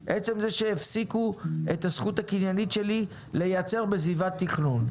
עצם זה שהפסיקו את הזכות הקניינית שלי לייצר בסביבת תכנון.